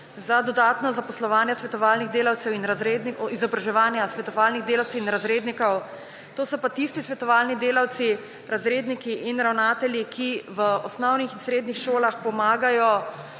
za dodatna zaposlovanja svetovalnih delavcev in – izobraževanja svetovalnih delavcev in razrednikov. To so pa tisti svetovalni delavci, razredniki in ravnatelji, ki v osnovnih in srednjih šolah pomagajo